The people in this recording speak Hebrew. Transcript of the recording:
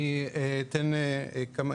אני מיועמ"ש בט"פ.